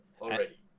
already